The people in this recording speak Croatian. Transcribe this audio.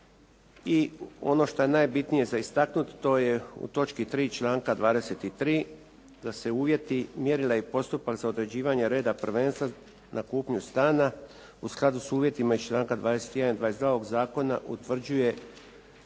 i ono što je najbitnije za istaknuti to je u točki 3. članka 23. da se uvjeti, mjerila i postupak za određivanje reda prvenstva na kupnju stana u skladu sa uvjetima iz članka 21. i 22. ovog zakona utvrđuje